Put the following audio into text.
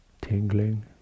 tingling